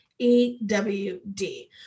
ewd